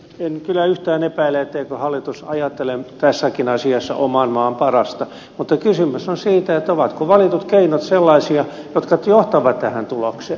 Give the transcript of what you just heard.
en kyllä yhtään epäile etteikö hallitus ajattele tässäkin asiassa oman maan parasta mutta kysymys on siitä ovatko valitut keinot sellaisia jotka johtavat tähän tulokseen